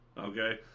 okay